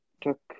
Took